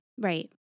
Right